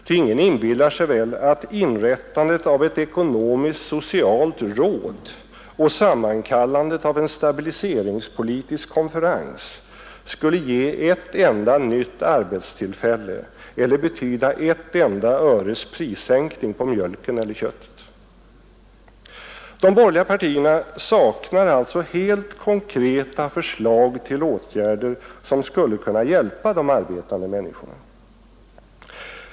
Ty ingen inbillar sig väl att inrättandet av ett ekonomisk-socialt råd och sammankallandet av en stabiliseringspolitisk konferens skulle ge ett enda nytt arbetstillfälle eller betyda ett enda öres prissänkning på mjölken eller köttet. De borgerliga partierna saknar helt konkreta förslag till åtgärder som skulle kunna hjälpa de arbetande människorna.